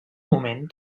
moment